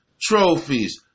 trophies